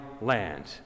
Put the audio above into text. land